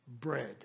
bread